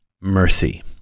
mercy